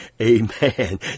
Amen